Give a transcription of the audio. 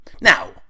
Now